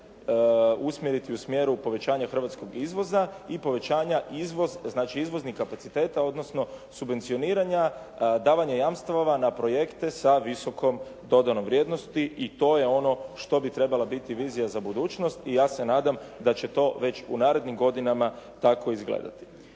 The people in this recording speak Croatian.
usmjeriti u smjeru povećanja hrvatskog izvoza i povećanja znači izvoznih kapaciteta odnosno subvencioniranja davanja jamstava na projekte sa visokom dodanom vrijednosti i to je ono što bi trebala biti vizija za budućnost i ja se nadam da će to već u narednim godinama tako izgledati.